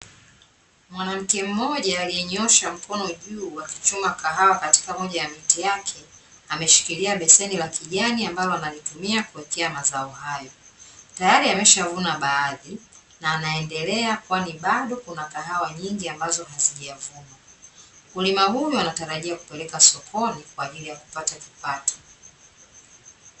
Mwanamke mmoja aliyenyoosha mkono juu, akichuma kahawa katika moja ya miti yake, ameshikilia beseni la kijani ambalo analitumia kuwekea mazao hayo, tayari ameshavuna baadhi na anaendelea kwani bado kuna kahawa nyingi, ambazo hazijavunwa; mkulima huyu anatarajia kupeleka sokoni kwa ajili ya kupata kipato.